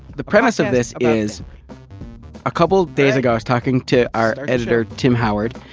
the premise of this is a couple days ago, i was talking to our editor tim howard,